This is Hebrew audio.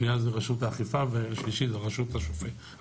השנייה זו רשות האכיפה והשלישית זו הרשות השופטת.